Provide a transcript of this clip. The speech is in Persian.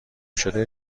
شده